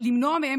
למנוע מהם